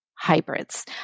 hybrids